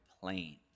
plane